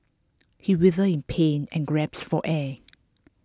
he wither in pain and gasped for air